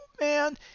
Man